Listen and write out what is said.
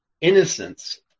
innocence